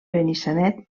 benissanet